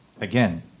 Again